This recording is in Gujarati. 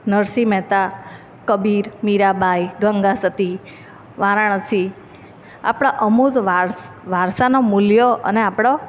નરસિંહ મહેતા કબીર મીરાબાઈ ગંગાસતી વારાણસી આપણા અમૂર્ત વારસાનાં મૂલ્યો અને આપણો